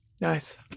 Nice